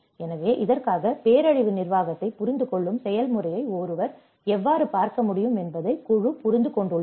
எனவே இதற்காக பேரழிவு நிர்வாகத்தை புரிந்து கொள்ளும் செயல்முறையை ஒருவர் எவ்வாறு பார்க்க முடியும் என்பதை குழு புரிந்து கொண்டுள்ளது